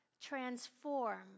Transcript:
transform